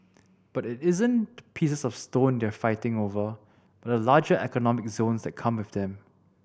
but it isn't pieces of stone they're fighting over but the larger economic zones that come with them